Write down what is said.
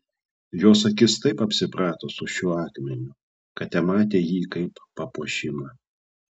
jos akis taip apsiprato su šiuo akmeniu kad tematė jį kaip papuošimą